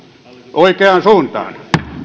oikeaan suuntaan